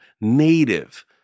native